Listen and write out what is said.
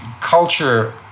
culture